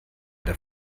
der